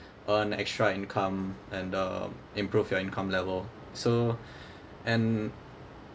earn extra income and uh improve your income level so and